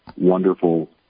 wonderful